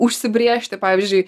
užsibrėžti pavyzdžiui